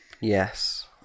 Yes